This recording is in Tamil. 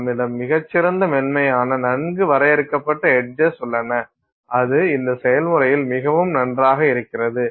நம்மிடம் மிகச் சிறந்த மென்மையான நன்கு வரையறுக்கப்பட்ட எட்ஜஸ் உள்ளன அது இந்த செயல்முறையில் மிகவும் நன்றாக இருக்கிறது